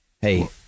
hey